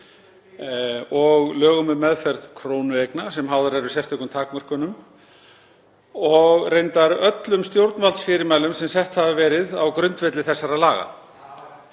og lögum um meðferð krónueigna sem háðar eru sérstökum takmörkunum og reyndar öllum stjórnvaldsfyrirmælum sem sett hafa verið á grundvelli þessara laga.